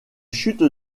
chutes